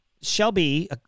Shelby